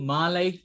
Malay